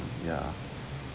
ya